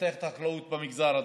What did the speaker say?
שנפתח את החקלאות במגזר הדרוזי.